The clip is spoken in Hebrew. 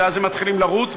ואז הם מתחילים לרוץ,